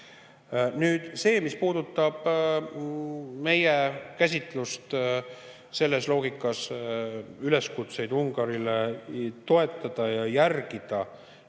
Nüüd see, mis puudutab meie käsitlust selles loogikas, üleskutseid Ungarile toetada ja järgida